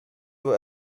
were